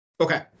Okay